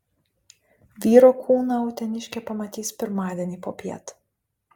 vyro kūną uteniškė pamatys pirmadienį popiet